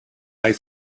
high